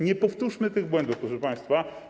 Nie powtórzmy tych błędów, proszę państwa.